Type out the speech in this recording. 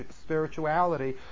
spirituality